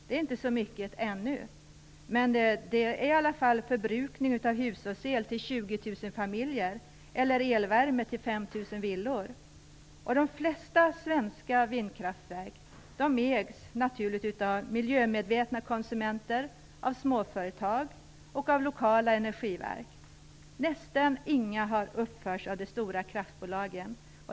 Det handlar alltså inte om så mycket, men det motsvarar i alla fall 20 000 De flesta svenska vindkraftverken ägs av miljömedvetna konsumenter, av småföretag och av lokala energiverk. Nästan inga har uppförts av de stora kraftbolagen.